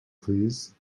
please